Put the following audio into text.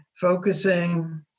focusing